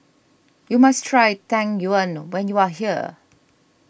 you must try Tang Yuen when you are here